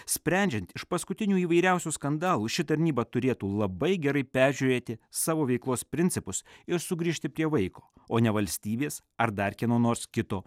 sprendžiant iš paskutinių įvairiausių skandalų ši tarnyba turėtų labai gerai peržiūrėti savo veiklos principus ir sugrįžti prie vaiko o ne valstybės ar dar kieno nors kito